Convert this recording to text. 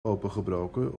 opengebroken